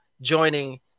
joining